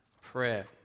prayer